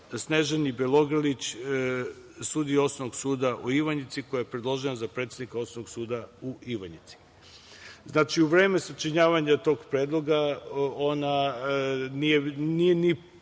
Snežani Bjelogrlić sudiji Osnovnog suda u Ivanjici, koja je predložena za predsednika Osnovnog suda u Ivanjici. Znači, u vreme sačinjavanja tog predloga nije ni